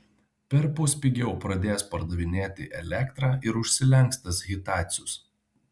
perpus pigiau pradės pardavinėti elektrą ir užsilenks tas hitacius